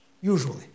usually